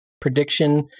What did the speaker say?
prediction